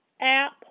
app